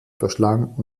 verschlang